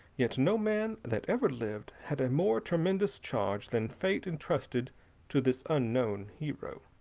yet no man that ever lived had a more tremendous charge than fate entrusted to this unknown hero.